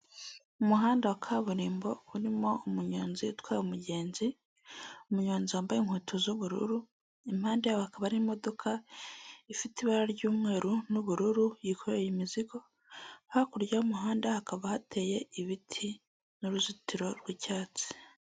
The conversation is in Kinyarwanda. Umuhanda wa kaburimbo urimo umunyonzi utwaye umugenzi, umunyonzi wambaye inkweto z'ubururu, impade yabo hakaba hari imodoka ifite ibara ry umweru n'ubururu yikoreye imizigo hakurya y'umuhanda hakaba hateye ibiti n'uruzitiro rw'icyatsi.